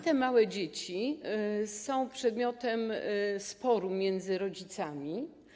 Te małe dzieci są przedmiotem sporu między rodzicami.